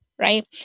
Right